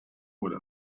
would